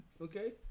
Okay